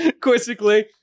quizzically